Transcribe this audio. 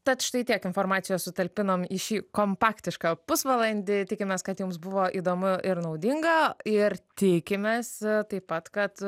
tad štai tiek informacijos sutalpinom į šį kompaktišką pusvalandį tikimės kad jums buvo įdomu ir naudinga ir tikimės taip pat kad